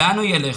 לאן הוא ילך?